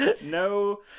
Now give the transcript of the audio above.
No